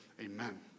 Amen